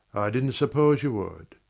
didn't suppose you would.